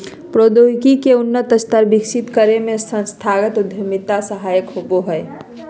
प्रौद्योगिकी के उन्नत स्तर विकसित करे में संस्थागत उद्यमिता सहायक होबो हय